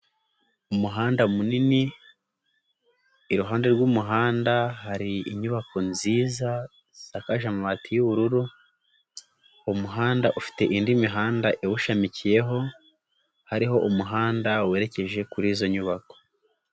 Umuhanda munini iruhande rw'umuhanda hari inyubako nziza zisakaje amabati y'ubururu, umuhanda ufite indi mihanda iwushamikiyeho, hariho umuhanda werekeje kuri izo nyubako.